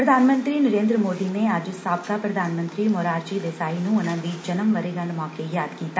ਪ੍ਰਧਾਨ ਮੰਤਰੀ ਨਰੇਂਦਰ ਮੋਦੀ ਨੇ ਅੱਜ ਸਾਬਕਾ ਪ੍ਰਧਾਨ ਮੰਤਰੀ ਮੁਰਾਰ ਜੀ ਦੇਸਾਈ ਨੂੰ ਉਨੂਾਂ ਦੀ ਜਨਮ ਵਰੇਗੰਢ ਮੌਕੇ ਯਾਦ ਕੀਤਾ